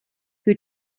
who